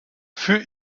für